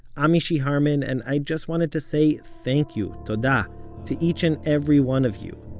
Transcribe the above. i'm mishy harman, and i just wanted to say thank you, toda, to each and every one of you.